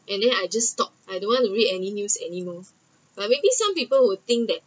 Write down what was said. and then I just stopped I don’t want to read any news anymore but then some people will think that